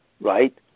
right